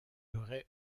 aurait